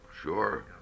sure